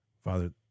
Father